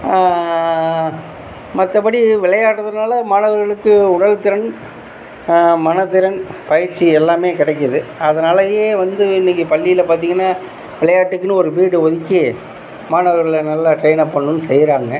மற்றபடி விளையாடுறதுனால் மாணவர்களுக்கு உடல்திறன் மனத்திறன் பயிற்சி எல்லாமே கிடைக்கிது அதனாலேயே வந்து இன்றைக்கி பள்ளியில் பார்த்தீங்கன்னா விளையாட்டுக்குனு ஒரு ப்ரீடு ஒதுக்கி மாணவர்களை நல்லா ட்ரைன் அப் பண்ணுன்னு செய்கிறாங்க